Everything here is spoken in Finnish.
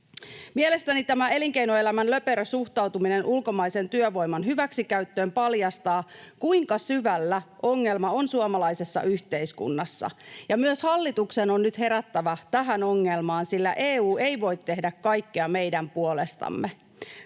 Mielestäni tämä elinkeinoelämän löperö suhtautuminen ulkomaisen työvoiman hyväksikäyttöön paljastaa, kuinka syvällä ongelma on suomalaisessa yhteiskunnassa. Myös hallituksen on nyt herättävä tähän ongelmaan, sillä EU ei voi tehdä kaikkea meidän puolestamme.